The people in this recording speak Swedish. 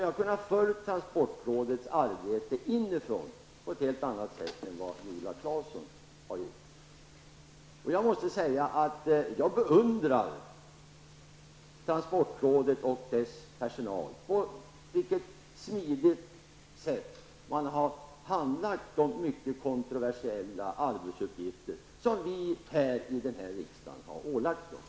Jag har kunnat följa dess arbete inifrån på ett helt annat sätt än vad Viola Claesson kunnat göra. Jag måste säga att jag beundrar transportrådet och dess personal för det smidiga sätt på vilket man handlagt de mycket kontroversiella arbetsuppgifter som vi här i riksdagen har ålagt dem.